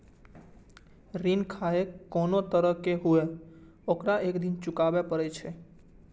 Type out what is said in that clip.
ऋण खाहे कोनो तरहक हुअय, ओकरा एक दिन चुकाबैये पड़ै छै